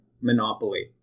Monopoly